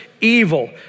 evil